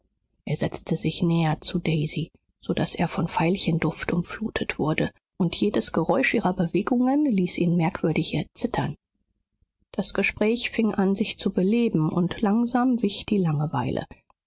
er setzte sich näher zu daisy so daß er von veilchenduft umflutet wurde und jedes geräusch ihrer bewegungen ließ ihn merkwürdig erzittern das gespräch fing an sich zu beleben und langsam wich die langeweile